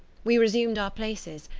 we resumed our places,